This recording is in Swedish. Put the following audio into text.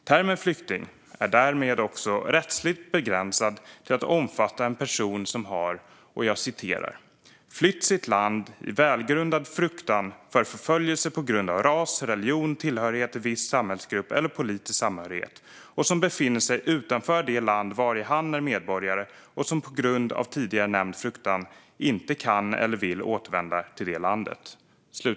Termen flykting är därmed rättsligt begränsad till att omfatta en person som har "flytt sitt land i välgrundad fruktan för förföljelse på grund av ras, religion, tillhörighet till en viss samhällsgrupp eller politisk samhörighet, och som befinner sig utanför det land vari han är medborgare och som på grund av tidigare nämnd fruktan inte kan eller vill återvända till det landet".